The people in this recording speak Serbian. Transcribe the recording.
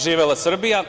Živela Srbija!